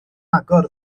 agor